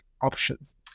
options